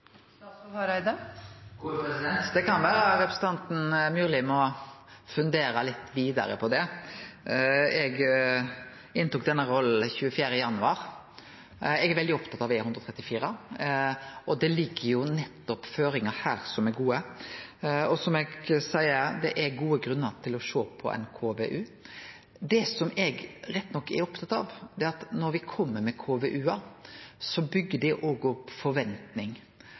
Det kan vere at representanten Myrli må fundere litt vidare på det – eg inntok denne rolla 24. januar. Eg er veldig opptatt av E134, og det ligg jo gode føringar her. Og som eg sjølv seier, det er gode grunnar til å sjå på ein KVU. Det som eg rett nok er opptatt av, er at når me kjem med KVU-ar, byggjer det opp ei forventning.